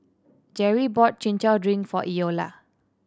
Jerrie bought Chin Chow drink for Eola